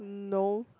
mm no